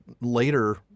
later